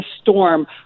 storm